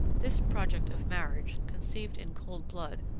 this project of marriage, conceived in cold blood,